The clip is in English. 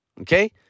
Okay